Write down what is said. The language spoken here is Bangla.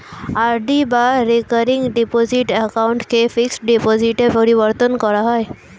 আর.ডি বা রেকারিং ডিপোজিট অ্যাকাউন্টকে ফিক্সড ডিপোজিটে পরিবর্তন করা যায়